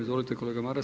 Izvolite kolega Maras.